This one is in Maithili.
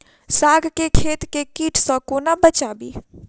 साग केँ खेत केँ कीट सऽ कोना बचाबी?